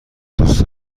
دوست